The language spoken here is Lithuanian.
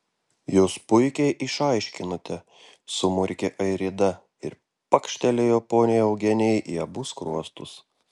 jūs puikiai išaiškinote sumurkė airida ir pakštelėjo poniai eugenijai į abu skruostus